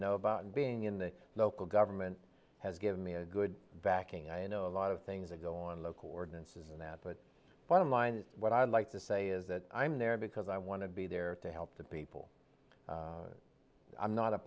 know about being in the local government has given me a good backing i know a lot of things that go on local ordinances and that but bottom line what i'd like to say is that i'm there because i want to be there to help the people i'm not a